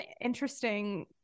interesting